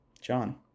John